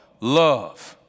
Love